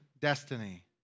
destiny